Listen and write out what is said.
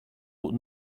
would